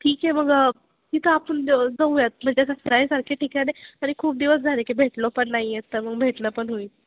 ठीक आहे मग तिथं आपण ज जाऊयात म्हणज असं फिराय सारखे ठिकाण आहे आणि खूप दिवस झाले की भेटलो पण नाही आहेत तर मग भेटणं पण होईल